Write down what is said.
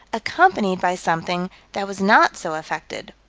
accompanied by something that was not so affected,